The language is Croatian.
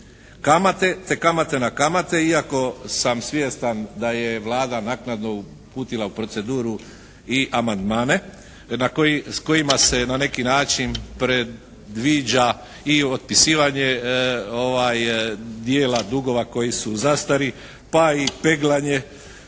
kamate, te kamate na kamate iako sam svjestan da je Vlada naknadno uputila u proceduru i amandmane s kojima se na neki način predviđa i otpisivanje dijela dugova koji su u zastari, pa i peglanje